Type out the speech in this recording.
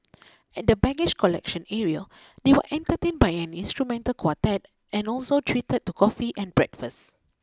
at the baggage collection area they were entertained by an instrumental quartet and also treated to coffee and breakfast